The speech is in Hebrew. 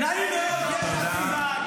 תודה רבה.